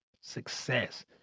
success